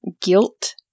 guilt